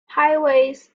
highways